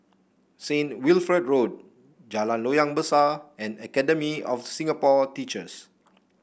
Saint Wilfred Road Jalan Loyang Besar and Academy of Singapore Teachers